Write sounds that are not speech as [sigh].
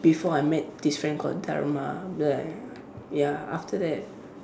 before I met this friend called Dharma [noise] ya after that